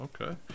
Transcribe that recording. okay